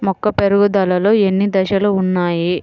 మొక్క పెరుగుదలలో ఎన్ని దశలు వున్నాయి?